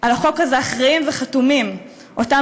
על החוק הזה אחראים וחתומים אותם